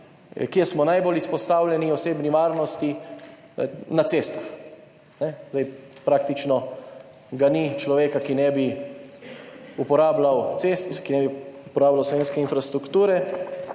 kje smo najbolj izpostavljeni osebni varnosti? Na cestah. Praktično ga ni človeka, ki ne bi uporabljal cest, ki ne bi uporabljal slovenske infrastrukture.